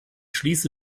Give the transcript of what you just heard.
schließe